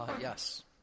Yes